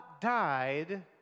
died